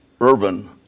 Irvin